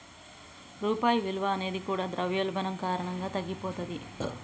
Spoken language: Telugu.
రూపాయి విలువ అనేది కూడా ద్రవ్యోల్బణం కారణంగా తగ్గిపోతది